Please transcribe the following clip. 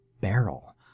barrel